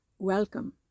Welcome